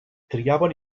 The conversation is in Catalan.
triaven